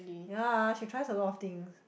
yea she tries a lot of things